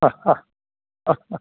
അ ആ ആ ആ